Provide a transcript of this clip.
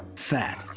fat,